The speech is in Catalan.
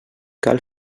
cal